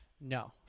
No